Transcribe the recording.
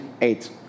eight